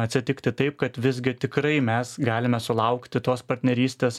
atsitikti taip kad visgi tikrai mes galime sulaukti tos partnerystės